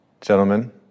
Gentlemen